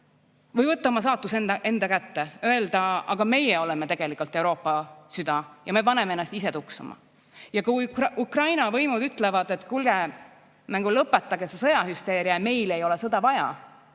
või võtta oma saatus enda kätte ja öelda, aga meie oleme tegelikult Euroopa süda ja me paneme ennast ise tuksuma. Ja kui Ukraina võimud ütlevad, et kuulge, lõpetage see sõjahüsteeria, meile ei ole sõda vaja,